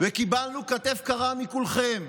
וקיבלנו כתף קרה מכולכם.